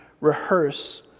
rehearse